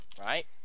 Right